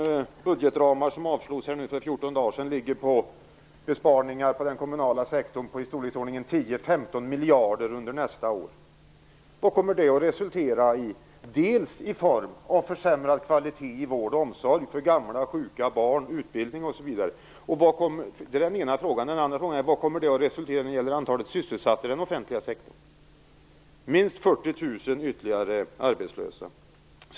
I de budgetramar som avslogs för fjorton dagar sedan ligger besparingar på den kommunala sektorn med ca 10-15 miljarder kronor under nästa år. Vad kommer det att resultera i när det gäller försämrad kvalitet i vård och omsorg för gamla, sjuka och barn och i utbildningen? Det är den ena frågan. Den andra frågan är: Vad kommer det att resultera i när det gäller antalet sysselsatta i den offentliga sektorn? Det kommer att innebära minst 40 000 ytterligare arbetslösa.